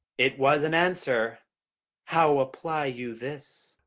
it was an answer how apply you this?